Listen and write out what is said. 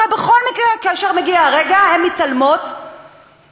הרי בכל מקרה כאשר מגיע הרגע הן מתעלמות או